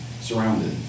Surrounded